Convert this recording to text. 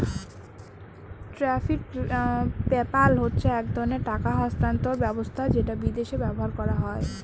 tariff PayPal হচ্ছে এক ধরনের টাকা স্থানান্তর ব্যবস্থা যেটা বিদেশে ব্যবহার করা হয়